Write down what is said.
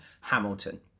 Hamilton